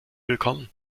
willkommen